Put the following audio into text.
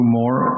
more